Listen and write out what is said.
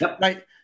Right